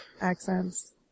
accents